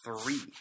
three